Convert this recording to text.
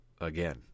Again